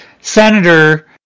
senator